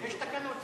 יש תקנון.